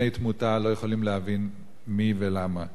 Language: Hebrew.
בני תמותה, לא יכולים להבין מי ולמה.